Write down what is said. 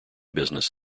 business